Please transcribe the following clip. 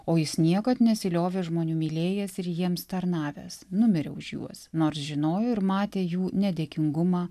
o jis niekad nesiliovė žmonių mylėjęs ir jiems tarnavęs numirė už juos nors žinojo ir matė jų nedėkingumą